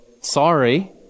sorry